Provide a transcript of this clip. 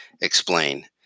explain